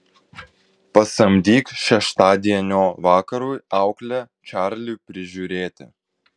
pasamdyk šeštadienio vakarui auklę čarliui prižiūrėti